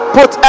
Put